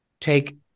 take